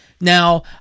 now